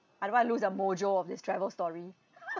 I don't want to lose the mojo of this travel story